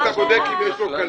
אתה בודק אם יש לו כלבת